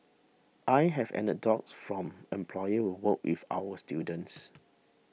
I have anecdotes from employers who work with our students